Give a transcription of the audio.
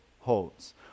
holds